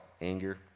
anger